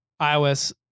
iOS